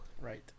Right